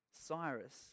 Cyrus